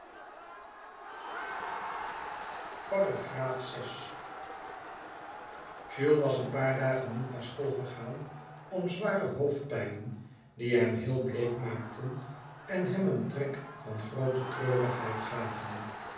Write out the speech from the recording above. jules was een paar dagen niet naar school gegaan om zware hoofdpijnen die hem heel bleek maakten en hem een trek van groote treurigheid gaven